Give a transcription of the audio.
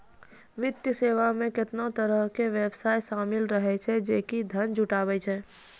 वित्तीय सेवा मे केतना तरहो के व्यवसाय शामिल रहै छै जे कि धन जुटाबै छै